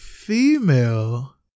Female